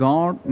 God